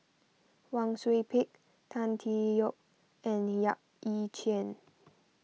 Wang Sui Pick Tan Tee Yoke and Yap Ee Chian